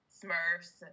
smurfs